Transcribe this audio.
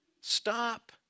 Stop